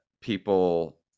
people